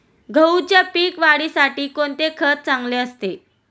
गहूच्या पीक वाढीसाठी कोणते खत चांगले असते?